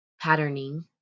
patterning